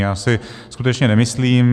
Já si skutečně nemyslím.